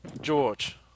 George